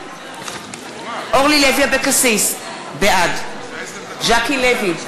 בעד אורלי לוי אבקסיס, בעד ז'קי לוי,